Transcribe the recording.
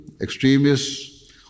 extremists